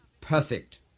perfect